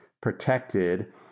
protected